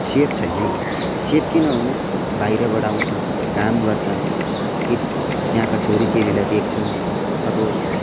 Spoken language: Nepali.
सेफ छैन है सेफ किन हुनु बाहिरबाट आउँछन् काम गर्छन् ती त्यहाँका छोरीचेलीलाई देख्छन् अब